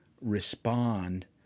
respond